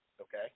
okay